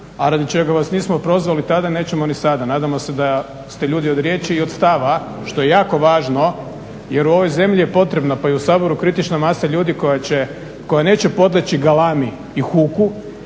a radi čega vas nismo prozvali tada, nećemo ni sada. Nadamo se da ste ljudi od riječi i od stava što je jako važno jer u ovoj zemlji je potrebno, pa i u Saboru kritična masa ljudi koja neće podleći galami i huku